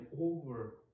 over